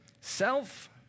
self